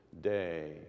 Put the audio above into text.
Day